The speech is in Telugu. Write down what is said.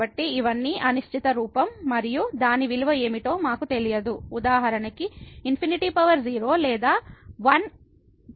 కాబట్టి ఇవన్నీ అనిశ్చిత రూపం మరియు దాని విలువ ఏమిటో మాకు తెలియదు ఉదాహరణకు ∞0 లేదా 1∞ ∞∞